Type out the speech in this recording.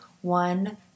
one